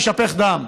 שיישפך דם.